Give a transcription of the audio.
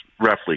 roughly